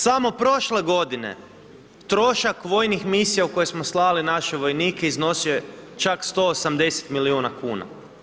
Samo prošle godine trošak vojnih misija u koje smo slali naše vojnike iznosio je čak 180 milijuna kuna.